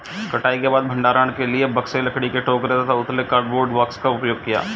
कटाई के बाद भंडारण के लिए बक्से, लकड़ी के टोकरे या उथले कार्डबोर्ड बॉक्स का उपयोग करे